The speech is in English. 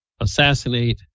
assassinate